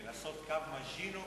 ולעשות "קו מז'ינו",